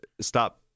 stop